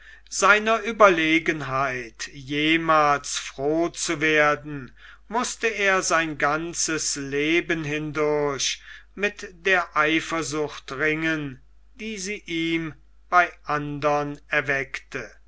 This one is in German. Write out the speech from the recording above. seiner ueberlegenheit jemals ganz froh zu werden mußte er sein ganzes leben hindurch mit der eifersucht ringen die sie ihm bei andern erweckte